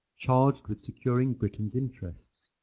charged with securing britains interests.